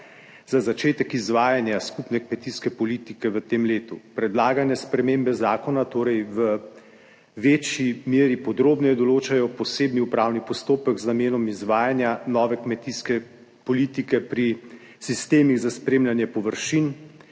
za začetek izvajanja skupne kmetijske politike v tem letu. Predlagane spremembe zakona torej v večji meri podrobneje določajo posebni upravni postopek z namenom izvajanja nove kmetijske politike pri sistemih za spremljanje površin,